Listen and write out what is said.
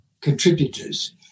contributors